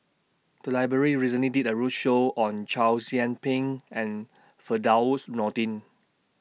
The Library recently did A roadshow on Chow Yian Ping and Firdaus Nordin